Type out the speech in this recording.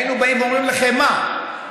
היינו באים ואומרים לכם: מה,